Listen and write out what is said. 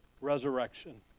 resurrection